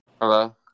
Hello